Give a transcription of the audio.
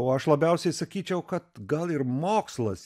o aš labiausiai sakyčiau kad gal ir mokslas